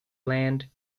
land